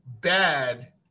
bad